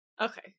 Okay